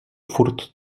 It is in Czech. furt